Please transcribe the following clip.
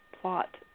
plot